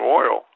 oil